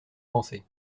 pensez